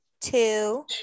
two